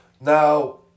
Now